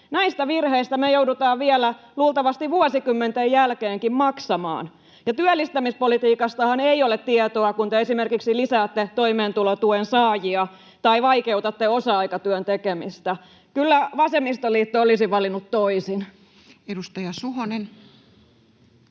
Näistä virheistä me joudutaan vielä, luultavasti vuosikymmenten jälkeenkin maksamaan. Ja työllistämispolitiikastahan ei ole tietoa, kun te esimerkiksi lisäätte toimeentulotuen saajia tai vaikeutatte osa-aikatyön tekemistä. Kyllä vasemmistoliitto olisi valinnut toisin. Edustaja Suhonen.